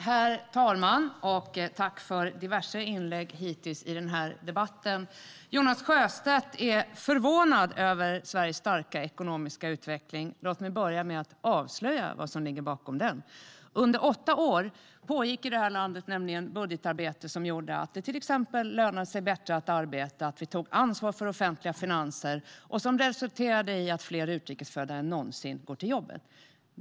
Herr talman! Tack för diverse inlägg hittills i den här debatten. Jonas Sjöstedt är förvånad över Sveriges starka ekonomiska utveckling. Låt mig börja med att avslöja vad som ligger bakom den. Under åtta år pågick nämligen i det här landet ett budgetarbete som gjorde att det till exempel lönade sig bättre att arbeta. Vi tog ansvar för offentliga finanser som resulterade i att fler utrikesfödda än någonsin går till jobbet.